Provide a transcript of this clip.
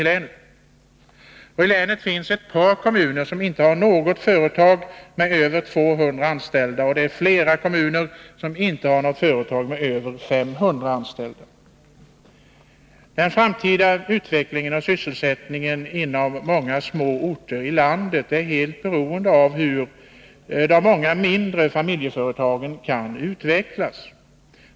I länet finns ett par kommuner som inte har något företag med över 200 anställda och flera kommuner som inte har något företag med över 500 anställda. Den framtida utvecklingen och sysselsättningen inom många små orter är helt beroende av hur de mindra familje:. :retagen kan utvecklas.